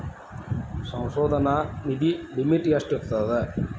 ಸಂಶೋಧನಾ ನಿಧಿ ಲಿಮಿಟ್ ಎಷ್ಟಿರ್ಥದ